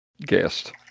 guest